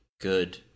good